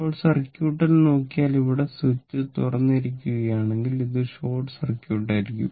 ഇപ്പോൾ സർക്യൂട്ടിൽ നോക്കിയാൽ ഇവിടെ സ്വിച്ച് തുറന്നിരിക്കുകയാണ്ണെങ്കിൽ ഇത് ഷോർട്ട് സർക്യൂട്ട് ആയിരിക്കും